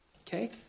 Okay